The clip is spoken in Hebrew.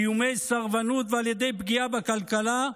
באיומי סרבנות ועל ידי פגיעה בכלכלה,